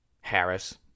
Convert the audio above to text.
Harris